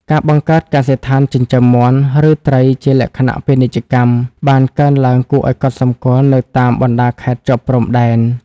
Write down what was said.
ការបង្កើតកសិដ្ឋានចិញ្ចឹមមាន់ ឬត្រីជាលក្ខណៈពាណិជ្ជកម្ម បានកើនឡើងគួរឱ្យកត់សម្គាល់នៅតាមបណ្ដាខេត្តជាប់ព្រំដែន។